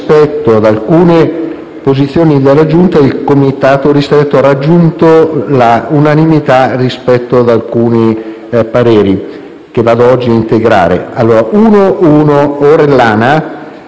rispetto ad alcune posizioni della Giunta, il Comitato ristretto ha raggiunto l'unanimità su alcuni pareri che vado oggi a integrare. Esprimo parere